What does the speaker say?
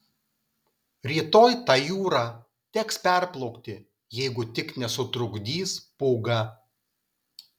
rytoj tą jūrą teks perplaukti jeigu tik nesutrukdys pūga